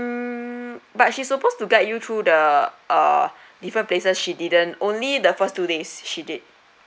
but she's supposed to guide you through the uh different places she didn't only the first two days she did